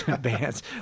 bands